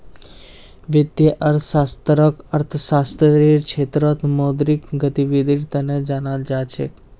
वित्तीय अर्थशास्त्ररक अर्थशास्त्ररेर क्षेत्रत मौद्रिक गतिविधीर तना जानाल जा छेक